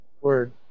word